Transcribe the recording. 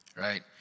right